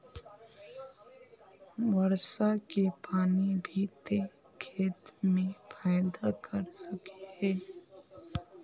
वर्षा के पानी भी ते खेत में फायदा कर सके है?